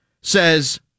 says